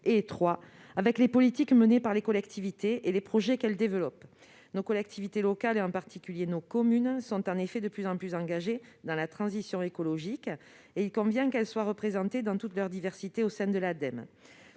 étroit avec les politiques menées par les collectivités et les projets qu'elles développent. Nos collectivités locales, en particulier nos communes, sont en effet de plus en plus engagées dans la transition écologique. Il convient qu'elles soient représentées dans toute leur diversité au sein de l'Ademe.